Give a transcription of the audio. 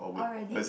already